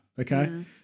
Okay